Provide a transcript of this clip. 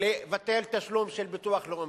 לבטל את התשלום של ביטוח לאומי.